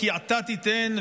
כי עתה תִִתן,